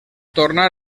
tornar